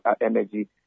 Energy